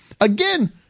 Again